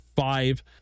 five